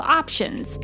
options